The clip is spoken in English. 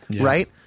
Right